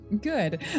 Good